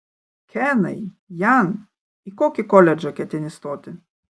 kenai jan į kokį koledžą ketini stoti